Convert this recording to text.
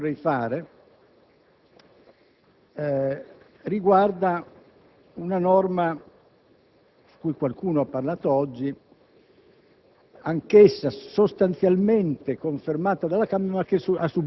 L'ultima osservazione che vorrei fare riguarda una norma, di cui qualcuno ha parlato oggi,